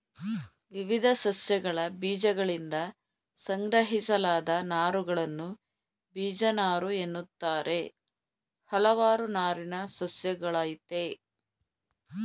ವಿವಿಧ ಸಸ್ಯಗಳಬೀಜಗಳಿಂದ ಸಂಗ್ರಹಿಸಲಾದ ನಾರುಗಳನ್ನು ಬೀಜನಾರುಎನ್ನುತ್ತಾರೆ ಹಲವಾರು ನಾರಿನ ಸಸ್ಯಗಳಯ್ತೆ